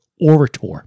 orator